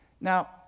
Now